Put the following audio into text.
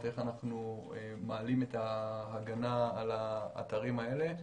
איך אנחנו מעלים את ההגנה על האתרים האלה.